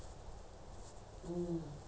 let whatever happen happen